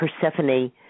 Persephone